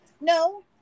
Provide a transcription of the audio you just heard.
no